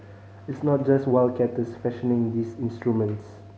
it's not just wildcatters fashioning these instruments